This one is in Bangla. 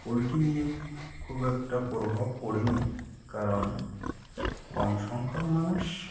পোলট্রি নিয়ে খুব একটা প্রভাব পড়েনি কারণ কম সংখ্যক মানুষ